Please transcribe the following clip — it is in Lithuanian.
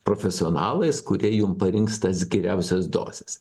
profesionalais kurie jum parinks tas geriausias dozes